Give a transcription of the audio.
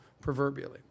proverbially